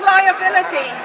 Liability